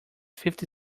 fifty